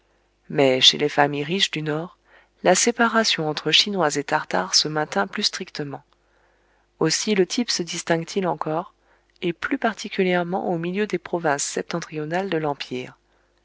mais chez les familles riches du nord la séparation entre chinois et tartares se maintint plus strictement aussi le type se distingue t il encore et plus particulièrement au milieu des provinces septentrionales de l'empire